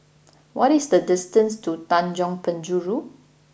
what is the distance to Tanjong Penjuru